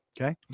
Okay